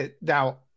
Now